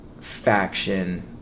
faction